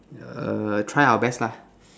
err try our best lah